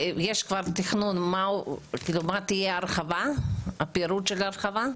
יש כבר תכנון מה תהיה ההרחבה, הפירוט של ההרחבה?